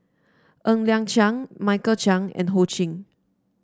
Ng Liang Chiang Michael Chiang and Ho Ching